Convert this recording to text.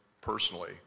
personally